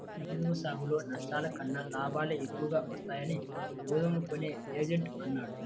గోధుమ సాగులో నష్టాల కన్నా లాభాలే ఎక్కువగా వస్తాయని గోధుమలు కొనే ఏజెంట్ అన్నాడు